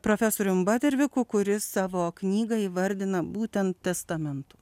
profesoriumi baterviku kuris savo knygą įvardina būtent testamentu